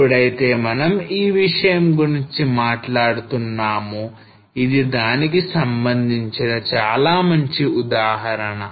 ఎప్పుడైతే మనం ఈ విషయం గురించి మాట్లాడుతున్నామో ఇది దానికి సంబంధించిన చాలా మంచి ఉదాహరణ